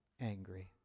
Angry